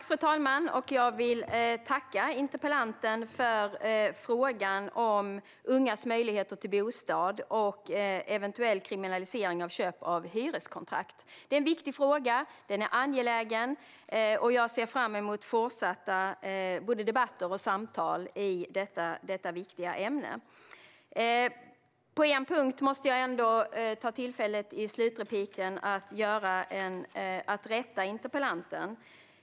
Fru talman! Jag vill tacka interpellanten för frågan om ungas möjligheter till bostad och en eventuell kriminalisering av köp av hyreskontrakt. Det är en viktig fråga, och den är angelägen. Jag ser fram emot fortsatta både debatter och samtal i detta viktiga ämne. I mitt sista inlägg måste jag dock ta tillfället i akt att rätta interpellanten på en punkt.